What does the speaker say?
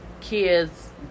kids